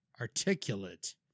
articulate